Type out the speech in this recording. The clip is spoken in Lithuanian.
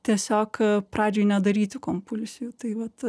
tiesiog a pradžioj nedaryti kompulsijų tai vat